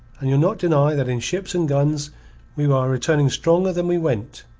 and you'll not deny that in ships and guns we are returning stronger than we went.